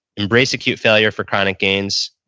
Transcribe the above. embrace acute failure for chronic gains,